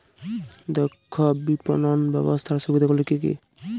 দক্ষ বিপণন ব্যবস্থার সুবিধাগুলি কি কি?